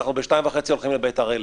אנחנו בשתיים וחצי הולכים לבית"ר עילית,